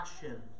passion